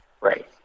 Right